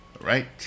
right